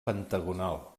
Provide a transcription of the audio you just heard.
pentagonal